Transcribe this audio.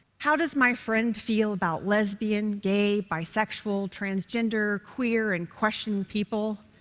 how does my friend feel about lesbian, gay, bisexual, transgender, queer and questioning people?